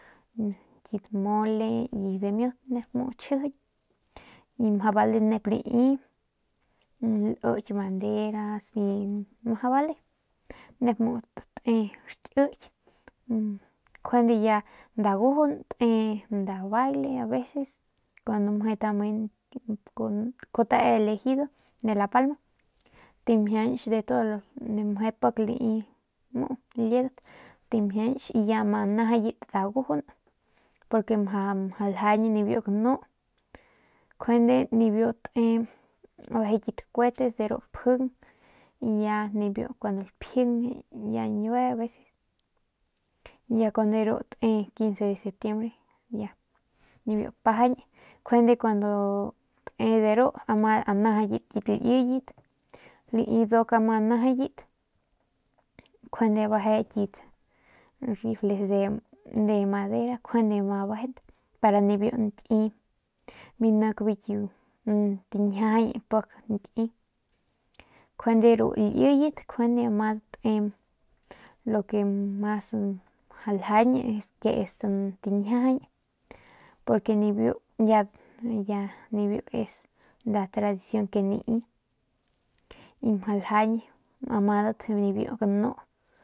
Kit mole y dimiut nep muu chjijiñ y mjau bale nep lai liki banderas y mjau bale nep te rakyki njuande ya dagujun te nda baile aveces kun mje tamen kute lejido de la palma tamjianch de todo meje pik lai muu liedat tamjianch y ya ma najayat dagujun porque mjau ljañ nibiu ganu kjuende nibiu te de ru kit kuetes nibiu pjing y ya kuandu lapjing y ya ñue aveces y ya kun deru te 15 de septiembre y ya nibiu pajañ njuende kuandu te de ru meje najayit kit liyet lai nduk ama anajayit njuande beje kit rifles de madera njuande ma bejent para nibiu nki bi nik ki biu pik nki biu nik njiajay pik nki njuande ru liyet njuande madat te lo ke mas mjau ljañ es tañjiajay porque nibiu ya es nda tradicion ke nai y mjau ljañ amadat nibiu ganu.